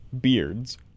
beards